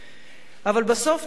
אבל בסוף נשאר האדם,